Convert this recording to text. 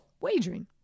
Wagering